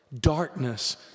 darkness